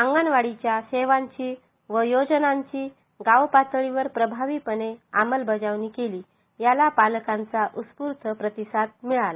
अंगणवाडीच्या सेवांची व योजनांची गाव पातळीवर प्रभावीपणे अंमलबजावणी केली याला पालकांचा उत्स्फूर्त प्रतिसाद मिळाला